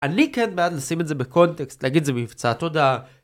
אני כן בעד לשים את זה בקונטקסט, להגיד זה מבצע תודעה.